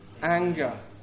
anger